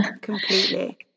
Completely